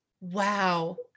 Wow